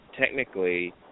technically